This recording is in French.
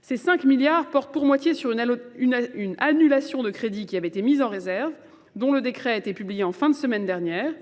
Ces 5 milliards portent pour moitié sur une annulation de crédit qui avait été mise en réserve dont le décret a été publié en fin de semaine dernière